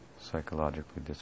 psychologically